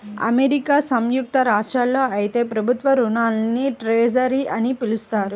America సంయుక్త రాష్ట్రాల్లో అయితే ప్రభుత్వ రుణాల్ని ట్రెజర్ అని పిలుస్తారు